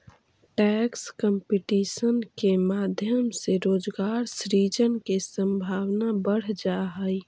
tax competition के माध्यम से रोजगार सृजन के संभावना बढ़ जा हई